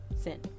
sin